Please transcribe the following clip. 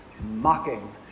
mocking